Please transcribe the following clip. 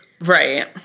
Right